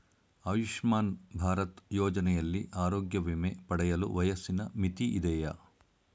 ಆಯುಷ್ಮಾನ್ ಭಾರತ್ ಯೋಜನೆಯಲ್ಲಿ ಆರೋಗ್ಯ ವಿಮೆ ಪಡೆಯಲು ವಯಸ್ಸಿನ ಮಿತಿ ಇದೆಯಾ?